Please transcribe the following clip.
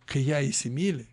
kai ją įsimyli